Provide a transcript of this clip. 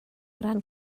ran